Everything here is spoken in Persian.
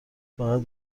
فقط